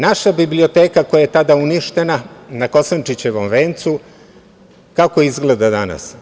Naša biblioteka koja je tada uništena na Kosančićevom vencu, kako izgleda danas?